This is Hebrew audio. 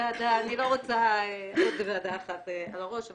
אני לא רוצה עוד ועדה אחת על הראש,